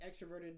extroverted